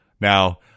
Now